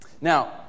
Now